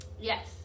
yes